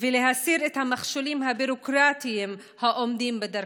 ולהסיר את המכשולים הביורוקרטיים העומדים בדרכם.